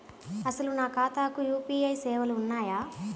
అసలు నా ఖాతాకు యూ.పీ.ఐ సేవలు ఉన్నాయా?